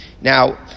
Now